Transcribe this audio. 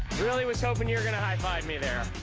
really was hoping you were going to high-five me there.